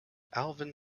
alvin